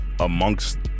Amongst